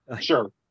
Sure